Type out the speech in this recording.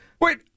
Wait